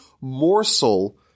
morsel